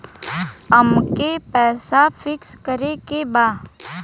अमके पैसा फिक्स करे के बा?